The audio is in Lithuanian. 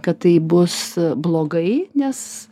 kad tai bus blogai nes